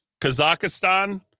Kazakhstan